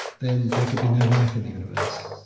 then there could be no life in the universe.